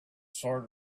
sword